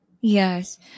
Yes